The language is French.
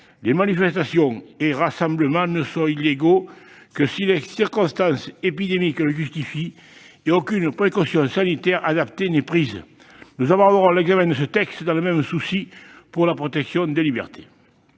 les manifestations et les rassemblements ne sont illégaux que si les circonstances épidémiques le justifient et aucune précaution sanitaire adaptée n'est prise. Nous aborderons l'examen de ce texte avec ce même souci de la protection des libertés.